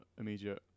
immediate